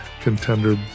contender